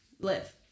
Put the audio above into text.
live